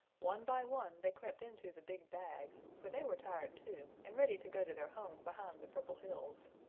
one by one they crept into the big bag, for they were tired, too, and ready to go to their home behind the purple hills.